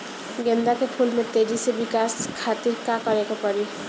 गेंदा के फूल में तेजी से विकास खातिर का करे के पड़ी?